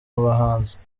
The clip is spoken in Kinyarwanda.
abahanzi